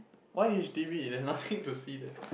why h_d_b there's nothing to see there